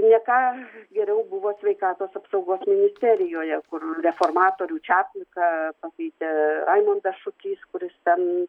ne ką geriau buvo sveikatos apsaugos ministerijoje kur reformatorių čapliką pakeitė raimundas šukys kuris ten